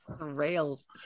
Rails